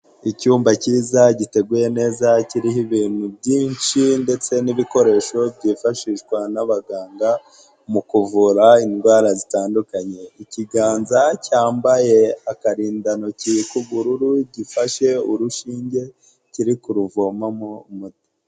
Icyumba cyiza giteguye neza kiriho ibintu byinshi ndetse n'ibikoresho byifashishwa n'abaganga mu kuvura indwara zitandukanye, ikiganza cyambaye akarindantoki k'ubururu gifashe urushinge kiri kuruvomamo umuti.